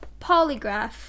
polygraph